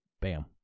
bam